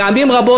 פעמים רבות,